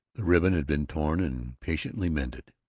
the ribbon had been torn and patiently mended.